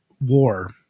war